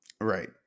Right